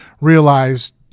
realized